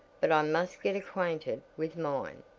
but i must get acquainted with mine.